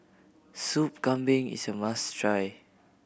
Soup Kambing is a must try